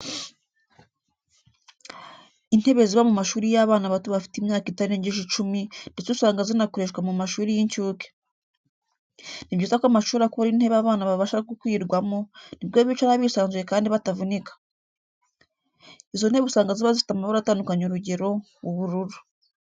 Intebe ziba mu mashuri y'abana bato bafite imyaka itarengeje icumi, ndetse usanga zinakoreshwa mu mashuri y'incuke. Ni byiza ko amashuri akora intebe abana babasha gukwirwamo, ni bwo bicara bisanzuye kandi batavunika. Izo ntebe usanga ziba zifite amabara atandukanye urugero, ubururu.